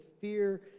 fear